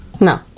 no